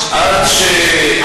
בעזה.